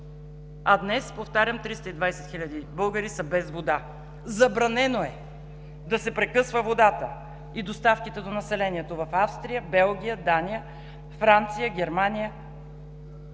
А днес, повтарям, 320 хиляди българи са без вода. Забранено е да се прекъсва водата и доставките до населението в Австрия, Белгия, Дания, Франция, Германия,